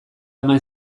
eman